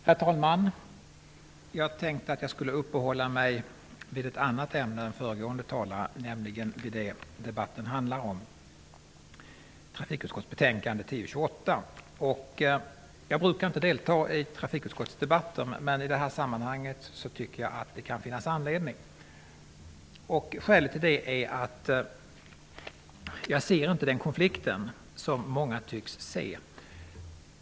Herr talman! Jag tänkte uppehålla mig vid ett annat ämne än föregående talare, nämligen vid det debatten handlar om, trafikutskottets betänkande Jag brukar inte delta i trafikutskottets debatter, men i det här sammanhanget tycker jag att det kan finnas anledning. Skälet är att jag inte ser den konflikt som många tycks se.